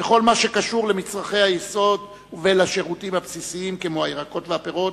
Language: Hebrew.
בכל מה שקשור למצרכי היסוד ולשירותים הבסיסיים כמו הירקות והפירות,